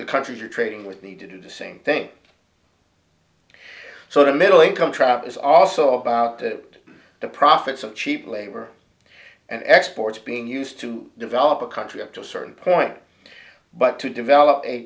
the countries you're trading with need to do the same thing so the middle income trap is also about that the profits of cheap labor and exports being used to develop a country up to a certain point but to develop a